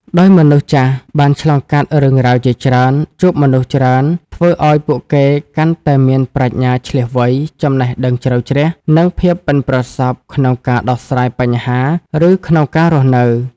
ដោយមនុស្សចាស់បានឆ្លងកាត់រឿងរ៉ាវជាច្រើន ជួបមនុស្សច្រើន ធ្វើឱ្យពួកគេកាន់តែមានប្រាជ្ញាឈ្លាសវៃ ចំណេះដឹងជ្រៅជ្រះ និងភាពប៉ិនប្រសប់ ក្នុងការដោះស្រាយបញ្ហា ឬក្នុងការរស់នៅ។